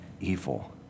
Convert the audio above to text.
evil